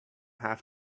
have